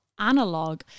Analog